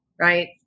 right